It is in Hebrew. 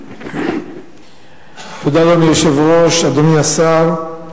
אדוני היושב-ראש, תודה, אדוני השר,